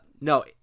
No